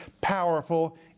powerful